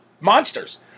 monsters